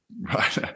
Right